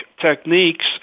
techniques